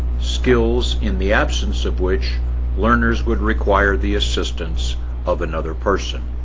skills in the absence of which learners would require the assistance of another person.